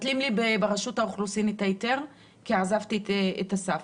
ברשות האוכלוסין מבטלים לי את ההיתר כי עזבתי את אסף.